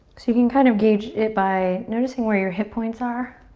so you can kind of gauge it by noticing where your hip points are.